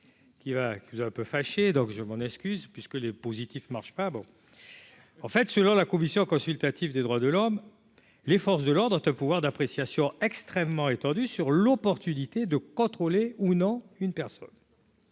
qui va, qui un peu fâché, donc je m'en excuse puisque les positifs marche pas bon en fait, selon la commission consultative des droits de l'homme, les forces de l'ordre à te pouvoir d'appréciation extrêmement étendue. Sur l'opportunité de contrôler ou non une personne,